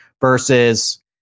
versus